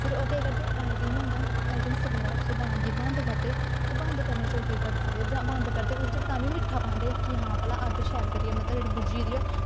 फिर ओह् केह् करदे अगले दिन होंदा अगले दिन सवेरा उस ड्हान गी बंद करदे ते बंद करने च होर केह् करी सकदे बंद करदे ओह्दे च तां बी मिट्ठा पांदे कि हां भला अग्ग शैल शैल करियै मतलब बुज्झी गेदी ऐ